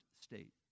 state